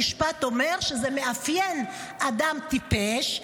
המשפט אומר שזה מאפיין אדם טיפש,